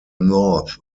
north